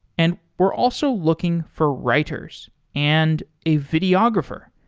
and we're also looking for writers and a videographer.